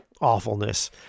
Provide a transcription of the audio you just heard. awfulness